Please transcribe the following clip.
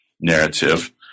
narrative